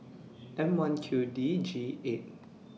M one Q D G eight